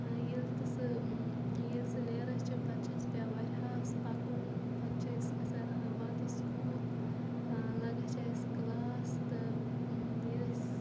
ییٚلہِ تہِ سُہ ییٚلہِ سُہ نیران چھِ پتہٕ چھِ اَسہِ پٮ۪وان واریاہَس پَکُن پَتہٕ چھِ أسۍ گَژھان واتان سکوٗل لَگان چھِ اَسہِ کٕلاس تہٕ ییٚلہِ أسۍ